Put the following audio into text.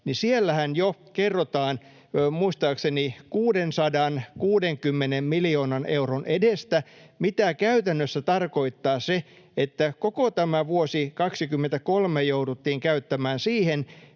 kerrotaan muistaakseni 660 miljoonan euron edestä, mitä käytännössä tarkoittaa se, että koko tämä vuosi 23 jouduttiin käyttämään siihen,